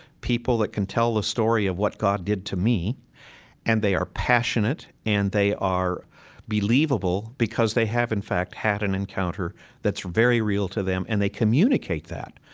people that can tell the story of what god did to me and they are passionate and they are believable, because they have, in fact, had an encounter that's very real to them, and they communicate that.